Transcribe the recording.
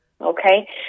Okay